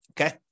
Okay